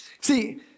See